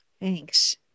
Thanks